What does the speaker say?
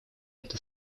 это